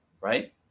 Right